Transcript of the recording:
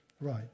Right